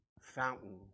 fountain